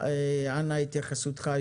אנא התייחסותך.